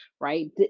right